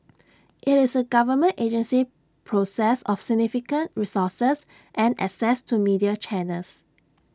IT is A government agency possessed of significant resources and access to media channels